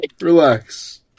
relax